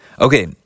Okay